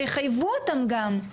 שיחייבו אותם גם.